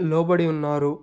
లోబడి ఉన్నారు